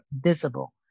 visible